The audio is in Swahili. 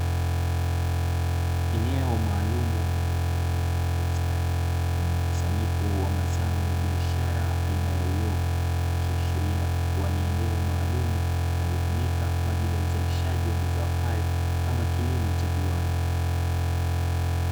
Eneo maalum lililotengenezwa kwa ustadi, lenye mkusanyiko wa mazao ya biashara aina ya uyoga, ikiashiria kuwa ni eneo maalum linalotumika kwa ajili ya uzalishaji wa mazao hayo kama kilimo cha viwanda.